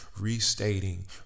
restating